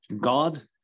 God